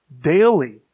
daily